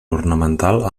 ornamental